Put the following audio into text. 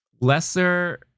lesser